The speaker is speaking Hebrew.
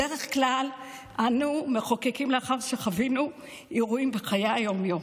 בדרך כלל אנו מחוקקים לאחר שחווינו אירועים בחיי היום-יום.